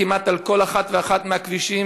כמעט על כל אחד ואחד מהכבישים,